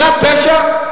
זה הפשע?